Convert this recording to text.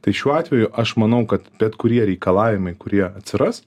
tai šiuo atveju aš manau kad bet kurie reikalavimai kurie atsiras